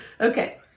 Okay